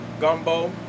gumbo